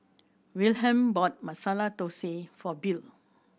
Wilhelm bought Masala Dosa for Bill